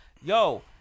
Yo